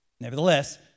Nevertheless